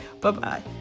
Bye-bye